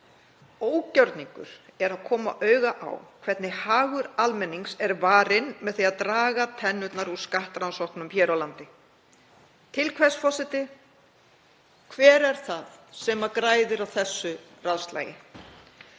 Ógjörningur er að koma auga á hvernig hagur almennings er varinn með því að draga tennurnar úr skattrannsóknum hér á landi. Til hvers, forseti? Hver er það sem græðir á þessu ráðslagi?